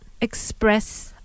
express